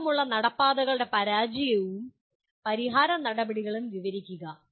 വഴക്കമുള്ള നടപ്പാതകളുടെ പരാജയവും പരിഹാര നടപടികളും വിവരിക്കുക